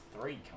three